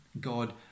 God